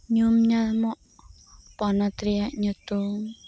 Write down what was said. ᱧᱩᱢ ᱧᱟᱢᱚᱜ ᱯᱚᱱᱚᱛ ᱨᱮᱭᱟᱜ ᱧᱩᱛᱩᱢ